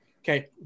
Okay